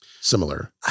similar